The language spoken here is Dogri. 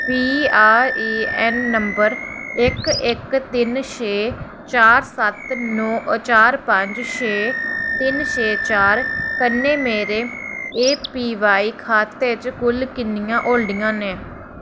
P R A N number इक इक तिन छे चार सत्त न चार पंज छे तिन छे चार कन्नै मेरे ए पी वाई खाते च कुल किन्नियां होल्डिंगां न